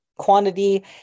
quantity